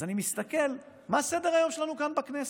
אז אני מסתכל מה סדר-היום שלנו כאן בכנסת,